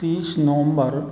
तीस नवम्बर